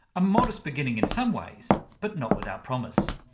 a modest beginning, in some ways, but not without promise.